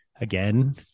again